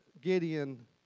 Gideon